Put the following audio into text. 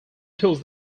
kills